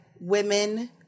women